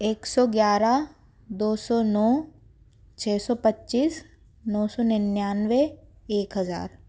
एक सौ ग्यारह दो सौ नौ छ सौ पच्चीस नौ सौ निन्यानवे एक हज़ार